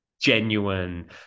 genuine